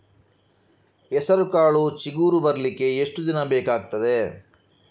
ಹೆಸರುಕಾಳು ಚಿಗುರು ಬರ್ಲಿಕ್ಕೆ ಎಷ್ಟು ದಿನ ಬೇಕಗ್ತಾದೆ?